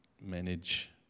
manage